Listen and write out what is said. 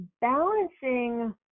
balancing